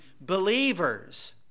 believers